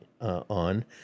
on